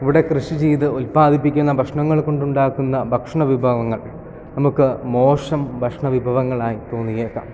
ഇവിടെ കൃഷി ചെയ്ത് ഉത്പാദിപ്പിക്കുന്ന ഭക്ഷണങ്ങൾ കൊണ്ട് ഉണ്ടാക്കുന്ന ഭക്ഷണ വിഭവങ്ങൾ നമുക്ക് മോശം ഭക്ഷണ വിഭവങ്ങൾ ആയി തോന്നിയേക്കാം